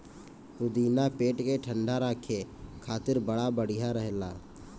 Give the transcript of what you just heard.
पुदीना पेट के ठंडा राखे खातिर बड़ा बढ़िया रहेला